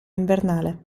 invernale